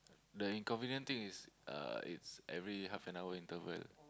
the inconvenient thing is uh it's every half an hour interval